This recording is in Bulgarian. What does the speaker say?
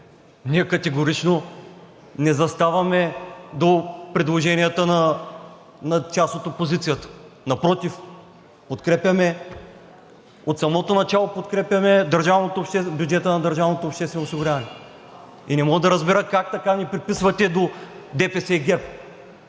Ние категорично не заставаме до предложенията на част от опозицията. Напротив, от самото начало подкрепяме бюджета на държавното обществено осигуряване. И не мога да разбера как така ни приписвате до ДПС и ГЕРБ?